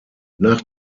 nach